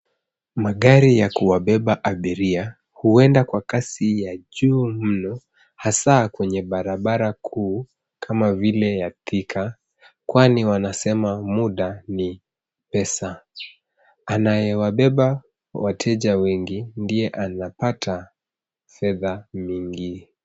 Magari ya kuwabeba abiria huenda kwa kasi ya juu mno hasa kenye barabara kuu kama vile ya Thika kwani wanasema muda ni pesa. Anayewabeba wateja wengi ndiye anapata fedha minig.